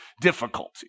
difficulty